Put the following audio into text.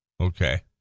okay